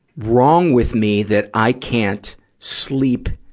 wrong with me that i can't sleep